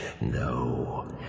No